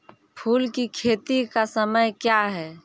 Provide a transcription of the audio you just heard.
फुल की खेती का समय क्या हैं?